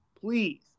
Please